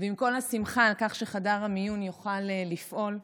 עם כל השמחה על כך שחדר המיון יוכל לפעול,